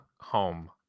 Home